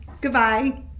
Goodbye